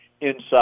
inside